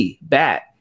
BAT